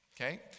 Okay